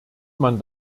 man